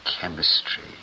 chemistry